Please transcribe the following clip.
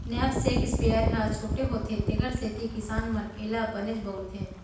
knapsack sprayer ह छोटे होथे तेकर सेती किसान मन एला बनेच बउरथे